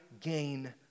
gain